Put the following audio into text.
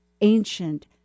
ancient